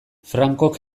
francok